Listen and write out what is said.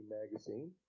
magazine